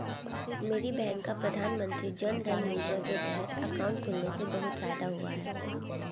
मेरी बहन का प्रधानमंत्री जनधन योजना के तहत अकाउंट खुलने से बहुत फायदा हुआ है